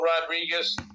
Rodriguez